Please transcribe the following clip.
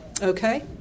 Okay